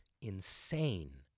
insane